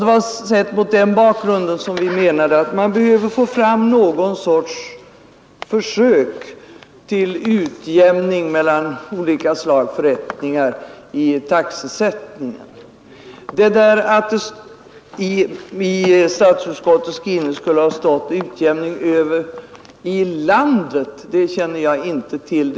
Det var sett mot den bakgrunden vi menade att man i fråga om taxesättningen behöver få fram någon sorts utjämning mellan olika slag av förrättningar. Påståendet att det i statsutskottets skrivning skulle ha stått ”utjämning i landet” känner jag inte till.